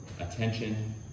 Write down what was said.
attention